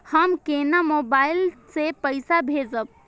हम केना मोबाइल से पैसा भेजब?